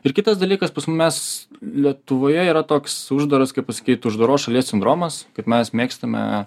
ir kitas dalykas mes lietuvoje yra toks uždaras kaip pasakyt uždaros šalies sindromas kad mes mėgstame